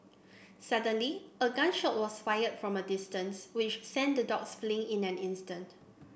suddenly a gun shot was fired from a distance which sent the dogs fleeing in an instant